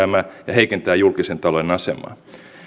ja heikentää julkisen talouden asemaa